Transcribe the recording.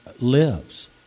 lives